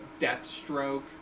Deathstroke